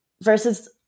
versus